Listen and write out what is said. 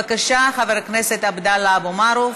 בבקשה, חבר הכנסת עבדאללה אבו מערוף,